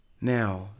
Now